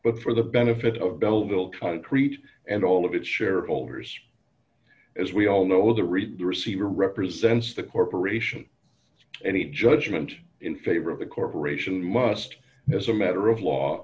but for the benefit of bellville concrete and all of its shareholders as we all know the read the receiver represents the corporation any judgment in favor of the corporation must as a matter of law